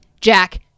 jack